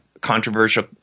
controversial